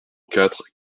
quatre